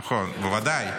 נכון, בוודאי.